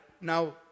now